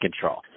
control